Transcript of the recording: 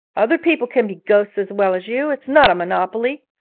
other people can be ghosts as well as you it's not a monopoly!